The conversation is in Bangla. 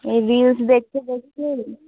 এই রিলস দেখতে দেখতে